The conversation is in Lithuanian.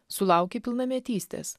sulaukei pilnametystės